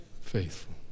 faithful